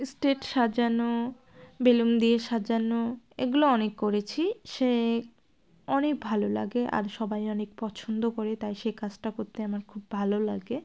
stage সাজানো balloon দিয়ে সাজানো এগুলো অনেক করেছি সে অনেক ভালো লাগে আর সবাই অনেক পছন্দ করে তাই সেই কাজটা করতে আমরা খুব ভালো লাগে